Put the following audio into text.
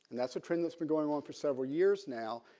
and that's a trend that's been going on for several years now.